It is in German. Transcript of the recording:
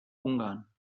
ungarn